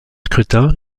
scrutin